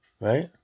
right